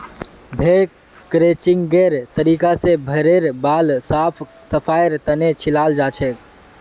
भेड़ क्रचिंगेर तरीका स भेड़ेर बाल साफ सफाईर तने छिलाल जाछेक